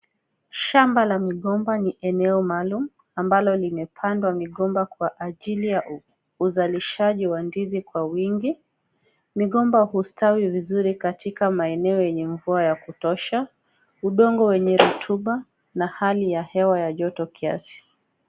Shambala migomba ni eneo maalum ambalo limepandwa migomba kwa ajili ya uzalishaji wa ndizi kwa wingi; migomba hustawi vizuri katika maeneo yenye mvua ya kutosha, udongo wenye rutuba, na hali ya hewa ya joto kiasi.